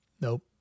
Nope